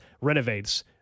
renovates